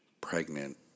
pregnant